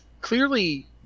clearly